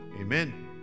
Amen